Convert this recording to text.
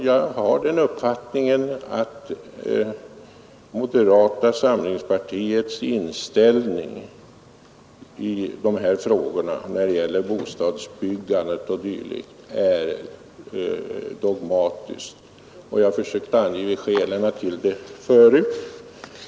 Jag har den uppfattningen att moderata samlingspartiets inställning till bostadsbyggandet är dogmatisk, och jag har försökt ange skälet till det förut.